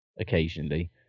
occasionally